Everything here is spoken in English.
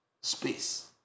space